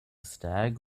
stag